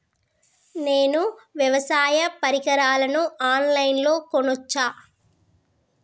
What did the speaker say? నేను వ్యవసాయ పరికరాలను ఆన్ లైన్ లో కొనచ్చా?